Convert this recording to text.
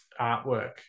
artwork